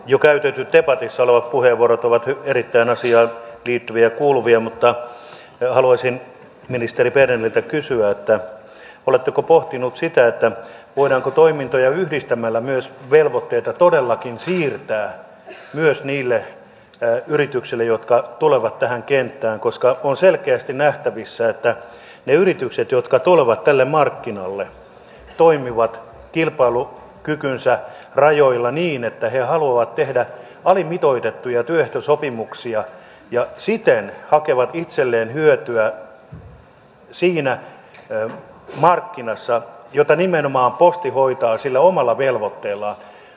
jo käytetyt debatissa olevat puheenvuorot ovat erittäin asiaan liittyviä ja kuuluvia mutta haluaisin ministeri berneriltä kysyä oletteko pohtinut sitä voidaanko toimintoja yhdistämällä myös velvoitteita todellakin siirtää myös niille yrityksille jotka tulevat tähän kenttään koska on selkeästi nähtävissä että ne yritykset jotka tulevat tälle markkinalle toimivat kilpailukykynsä rajoilla niin että ne haluavat tehdä alimitoitettuja työehtosopimuksia ja siten hakevat itselleen hyötyä siinä markkinassa jota nimenomaan posti hoitaa sillä omalla velvoitteellaan